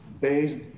based